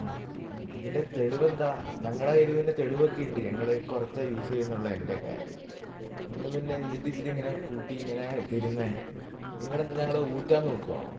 ആ ഇതിൻ്റെ തെളിവ് എന്താണ് ഞങ്ങളുടെ കൈയിൽ പിന്നെ തെളിവൊക്കെ ഉണ്ട് ഞങ്ങൾ കുറച്ചാണ് യൂസ് ചെയ്യുന്നൊള്ളതിൻ്റെയൊക്കെ നിങ്ങൾ പിന്നെ എന്തിൻ്റെ ഇതിൽ ഇങ്ങനെ കൂട്ടി ഇങ്ങനെ തരുന്നേ നിങ്ങൾ എന്താണ് ഞങ്ങള ഊറ്റാൻ നോക്കുകയാണോ